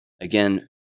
Again